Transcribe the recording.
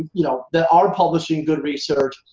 you know that are publishing good research.